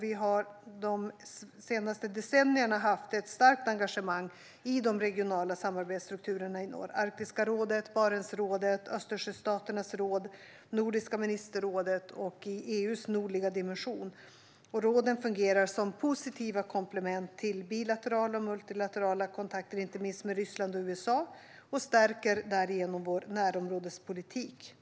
Vi har de senaste decennierna haft ett starkt engagemang i de regionala samarbetsstrukturerna i norr: Arktiska rådet, Barentsrådet, Östersjöstaternas råd, Nordiska ministerrådet och EU:s nordliga dimension. Råden fungerar som positiva komplement till bilaterala och multilaterala kontakter, inte minst med Ryssland och USA, och stärker därigenom vår närområdespolitik.